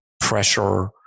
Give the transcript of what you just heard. pressure